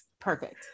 Perfect